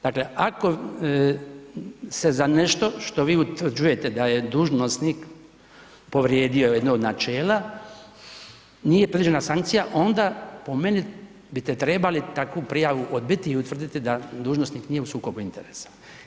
Dakle, ako se za nešto što vi utvrđujete da je dužnosnik povrijedio jedno od načela nije predviđena sankcija, onda po meni biste trebali takvu prijavu odbiti i utvrditi da dužnosnik nije u sukobu interesa.